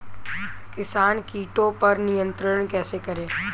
किसान कीटो पर नियंत्रण कैसे करें?